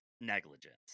negligence